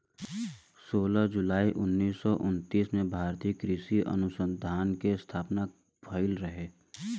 सोलह जुलाई उन्नीस सौ उनतीस में भारतीय कृषि अनुसंधान के स्थापना भईल रहे